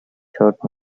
showed